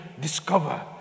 discover